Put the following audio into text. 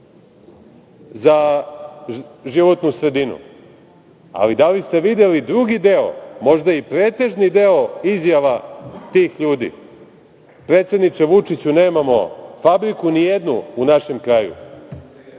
za životnu sredinu, ali da li ste videli drugi deo, možda i pretežni deo izjava tih ljudi - predsedniče Vučiću, nemamo fabriku nijednu u našem kraju,